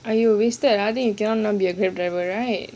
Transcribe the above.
!aiyo! wasted ah then you cannot now be a grab driver right